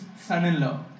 son-in-law